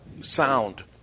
sound